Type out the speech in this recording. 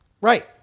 Right